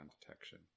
Detection